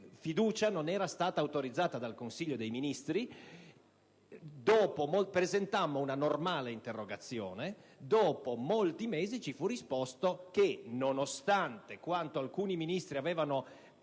risultava essere stata autorizzata dal Consiglio dei ministri: presentammo una normale interrogazione e, dopo molti mesi, ci fu risposto che, nonostante quanto alcuni Ministri avevano